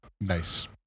Nice